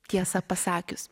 tiesa pasakius